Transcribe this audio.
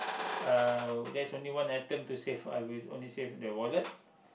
uh there is only one item to save I will only save the wallet